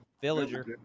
Villager